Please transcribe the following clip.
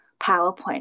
PowerPoint